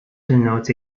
denotes